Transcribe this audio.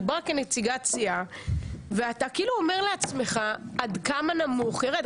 את דיברת כנציגת סיעה ואתה כאילו אומר לעצמך עד כמה נמוך ירד.